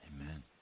Amen